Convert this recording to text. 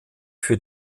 für